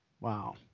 Wow